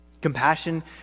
compassion